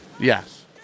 Yes